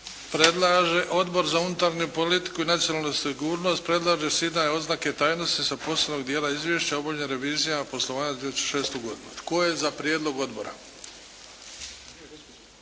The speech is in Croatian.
kvorum. Odbor za unutarnju politiku i nacionalnu sigurnost predlaže skidanje oznake tajnosti sa posebnog dijela izvješća o obavljenim revizijama poslovanja za 2006. godinu. Tko je za prijedlog odbora?